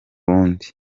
rundi